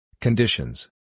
Conditions